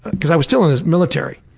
because i was still in the military,